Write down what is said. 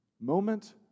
moment